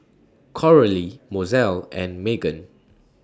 Coralie Mozelle and Magen